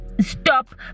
stop